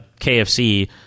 KFC